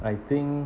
I think